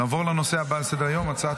נעבור לנושא הבא על סדר-היום: הצעת